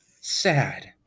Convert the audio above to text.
Sad